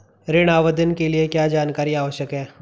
ऋण आवेदन के लिए क्या जानकारी आवश्यक है?